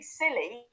silly